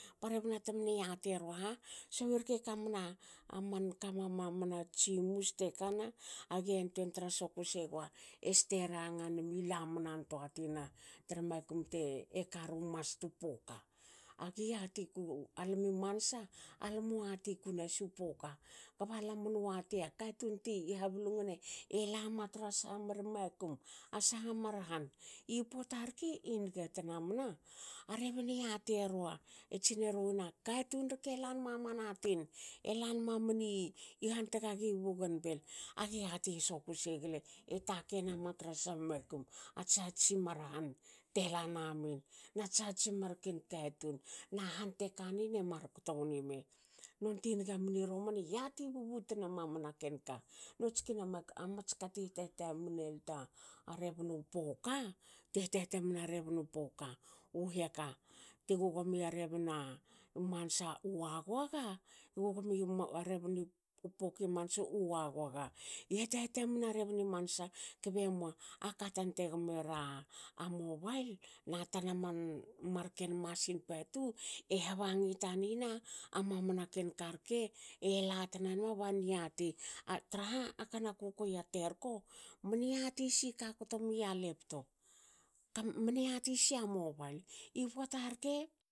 Ba rebna temne yati era ha. so irke kamna manka mamani tsimus tekana age yantuei tra soku segua este ranga nmi lamnantoa tina tra makum te e karu mastu poka. Agi yati ku almi mansa almu yati kunasu poka. kba lamnu yatia katun ti hablungne lama tra saha mar makum. a saha mar han i pota rke emua tnamna a rebne yatierua e tsineruin a a katun rke lan mamani tin elan mamani han tgagi bougainville. age yati soku segle e takei nama tra saha mar makum. Ats saha tsimar han tela namin nats ha tsi marken katun na han tekanin emar ktowni me. Nonte niga mni romana e yati bubut na mamana ken ka. Notskina mats kati tamtamun rebnu poka u hiaka. ti guguami a rebni mansa u wagoaga. i guguamia rebnu poka i ansa u wagoaga. I hat hatamun a rebni mansa kbe mua aka tan te gomera mobail na tana man marken patu e habangi taninna mamani ken karke, elatna nama ba niati traha ekan kukuei a terko mne yatisi ka kto mia laptop, mni yati sia mobail. I pota rke